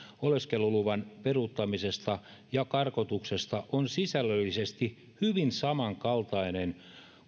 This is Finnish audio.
oleskeluluvan peruuttamisesta ja karkotuksesta on sisällöllisesti hyvin samankaltainen